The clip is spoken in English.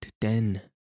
den